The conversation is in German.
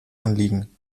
anliegen